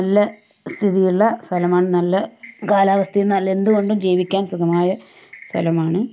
നല്ല സ്ഥിതിയുള്ള സ്ഥലമാണ് നല്ല കാലാവസ്ഥയും നല്ല എന്തുകൊണ്ടും ജീവിക്കാൻ സുഖമായ സ്ഥലമാണ്